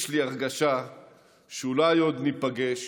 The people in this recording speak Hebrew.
יש לי הרגשה שאולי עוד ניפגש